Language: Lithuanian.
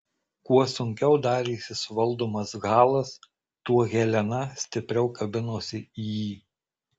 kuo sunkiau darėsi suvaldomas halas tuo helena stipriau kabinosi į jį